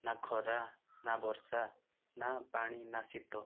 ନା ଖରା ନା ବର୍ଷା ନା ପାଣି ନା ଶୀତ